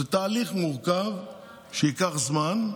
זה תהליך מורכב שייקח זמן,